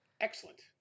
Excellent